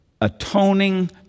atoning